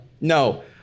No